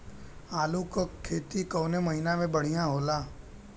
आलू क खेती कवने महीना में बढ़ियां होला?